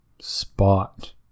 spot